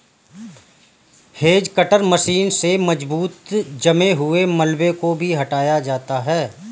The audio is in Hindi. हेज कटर मशीन से मजबूत जमे हुए मलबे को भी हटाया जाता है